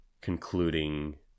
concluding